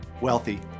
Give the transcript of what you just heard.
wealthy